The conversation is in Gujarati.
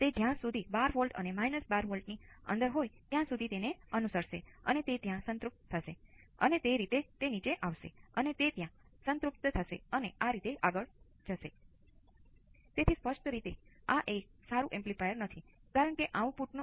તો રિસ્પોન્સ ની શરૂઆત કરો અને તેના માટે હલ કરો